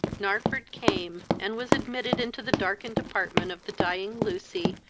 narford came, and was admitted into the darkened apartment of the dying lucy,